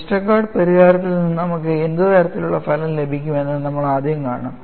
Westergaard പരിഹാരത്തിൽ നിന്ന് നമുക്ക് എന്ത് തരത്തിലുള്ള ഫലം ലഭിക്കും എന്ന് നമ്മൾ ആദ്യം കാണും